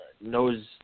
knows